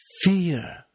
fear